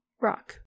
rock